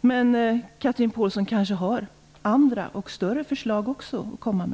Men Chatrine Pålsson har kanske andra förslag till större besparingar att komma med.